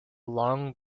long